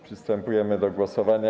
Przystępujemy do głosowania.